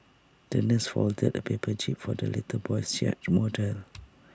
the nurse folded A paper jib for the little boy's yacht model